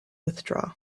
withdraw